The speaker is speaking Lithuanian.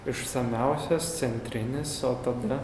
išsamiausias centrinis o tada